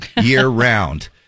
year-round